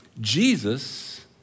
Jesus